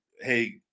Hey